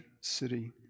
city